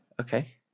okay